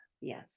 yes